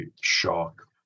shock